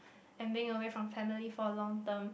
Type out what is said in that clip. aiming away from family for a long term